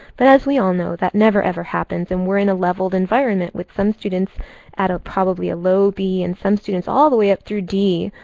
but as we all know, that never, ever happens. and we're in a leveled environment, with some students at probably a low b and some students all the way up through d.